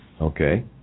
Okay